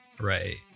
Right